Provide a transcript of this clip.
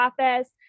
office